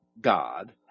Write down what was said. God